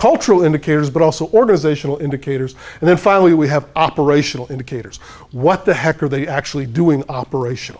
cultural indicators but also organizational indicators and then finally we have operational indicators what the heck are they actually doing operation